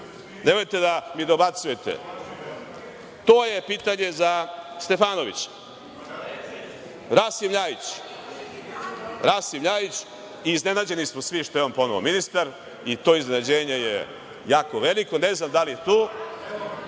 ako je to tačno. To je pitanje za Stefanovića. Rasim LJajić. Iznenađeni smo svi što je on ponovo ministar i to iznenađenje je jako veliko. Ne znam da li je tu.